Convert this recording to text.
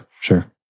sure